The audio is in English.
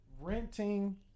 renting